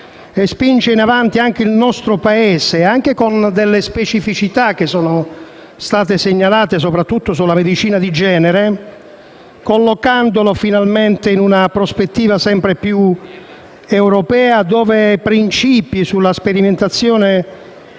spinga in avanti anche il nostro Paese, anche con delle specificità che sono state segnalate, soprattutto sulla medicina di genere, collocandolo finalmente in una prospettiva sempre più europea, dove i principi sulla sperimentazione